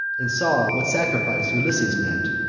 and saw what sacrifice ulysses meant.